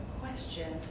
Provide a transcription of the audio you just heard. question